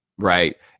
Right